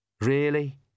Really